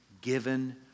given